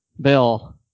Bill